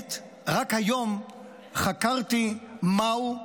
האמת היא שרק היום חקרתי מהו,